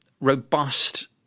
robust